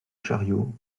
chariot